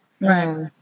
Right